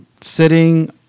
sitting